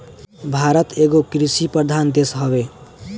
भारत एगो कृषि प्रधान देश हवे